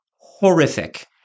horrific